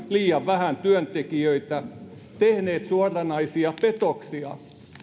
liian vähän työntekijöitä tehneet suoranaisia petoksia